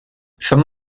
some